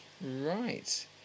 Right